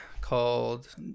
called